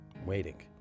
waiting